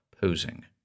posing—